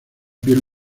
piel